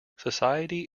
society